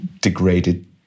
degraded